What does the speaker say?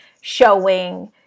showing